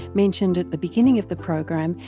mentioned at the beginning of the program,